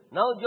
Now